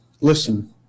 listen